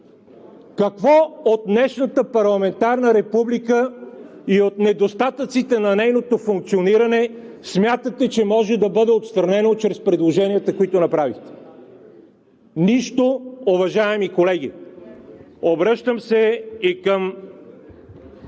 Какво от днешната парламентарна република и от недостатъците на нейното функциониране смятате, че може да бъде отстранено чрез предложенията, които направихте? Нищо, уважаеми колеги! Обръщам се и към